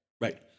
right